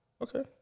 Okay